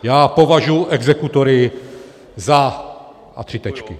Já považuji exekutory za a tři tečky.